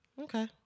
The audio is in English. Okay